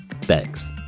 thanks